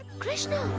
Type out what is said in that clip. krishna,